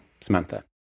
Samantha